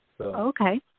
Okay